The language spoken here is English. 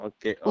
Okay